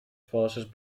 forces